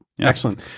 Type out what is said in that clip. Excellent